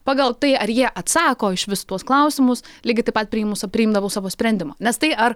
pagal tai ar jie atsako išvis tuos klausimus lygiai taip pat priėmus priimdavau savo sprendimą nes tai ar